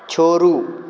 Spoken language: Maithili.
छोड़ू